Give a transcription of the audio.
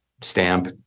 stamp